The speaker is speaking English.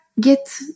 Get